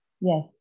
Yes